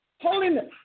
Holiness